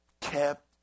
kept